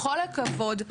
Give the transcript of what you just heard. בכל הכבוד,